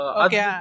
okay